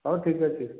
ହଉ ଠିକ୍ ଅଛି